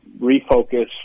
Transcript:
refocus